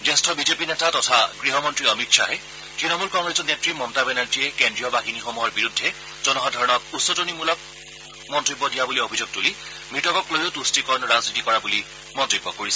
জ্যেষ্ঠ বিজেপি নেতা তথা গৃহমন্ত্ৰী অমিত খাহে তৃণমূল কংগ্ৰেছৰ নেত্ৰী মমতা বেনাৰ্জীয়ে কেন্দ্ৰীয় বাহিনীসমূহৰ বিৰুদ্ধে জনসাধাৰণক উচটনি দিয়া বুলি অভিযোগ তূলি মৃতকক লৈয়ো তৃষ্টিকৰণৰ ৰাজনীতি কৰা বুলি মন্তব্য কৰিছে